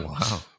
Wow